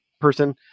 person